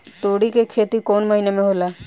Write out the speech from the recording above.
तोड़ी के खेती कउन महीना में होला?